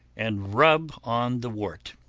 and rub on the wart.